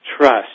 trust